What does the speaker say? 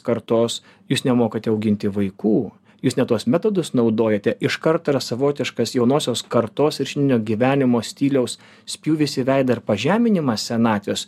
kartos jūs nemokate auginti vaikų jūs ne tuos metodus naudojate iš karto yra savotiškas jaunosios kartos ir šeiminio gyvenimo stiliaus spjūvis į veidą ir pažeminimas senatvės